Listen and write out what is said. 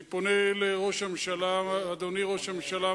אני פונה לראש הממשלה: אדוני ראש הממשלה,